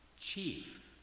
Chief